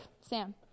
Sam